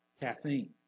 caffeine